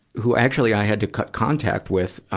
who actually i had to cut contact with, um,